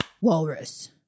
Walrus